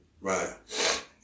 Right